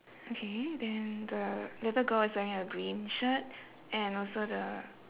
okay then the little girl is wearing a green shirt and also the